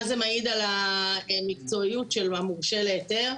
מה זה מעיד על המקצועיות של המורשה להיתר.